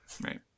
right